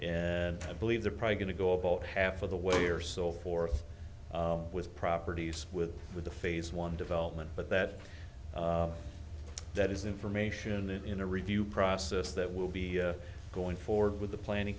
and i believe they're probably going to go about half of the way or so forth with properties with with the phase one development but that that is information in a review process that will be going forward with the planning